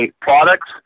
products